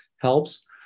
helps